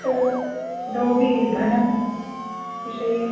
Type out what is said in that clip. इतो इतोपि धनविषये